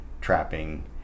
trapping